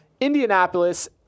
Indianapolis